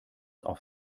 auf